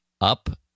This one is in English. up